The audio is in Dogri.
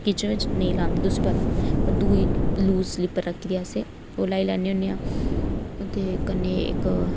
की किचन बिच नेईं लांदे तुसेंगी पता गै ते दूई लूज स्लीपर रक्खी दी असें ओह् लाई लैन्ने होन्ने आं ते कन्नै इक्क